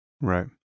Right